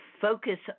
focus